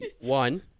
One